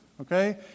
okay